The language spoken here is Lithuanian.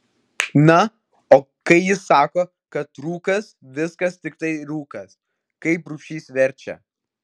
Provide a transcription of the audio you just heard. na o kai jis sako kad rūkas viskas tiktai rūkas kaip rubšys verčia